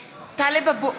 (קוראת בשמות חברי הכנסת) טלב אבו עראר,